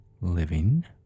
living